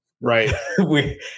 Right